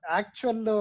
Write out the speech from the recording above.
actual